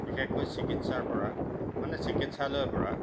বিশেষকৈ চিকিৎসাৰ পৰা মানে চিকিৎসালয়ৰ পৰা